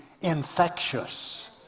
infectious